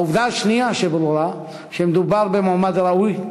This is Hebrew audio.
העובדה השנייה הברורה היא שמדובר במועמד ראוי,